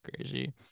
crazy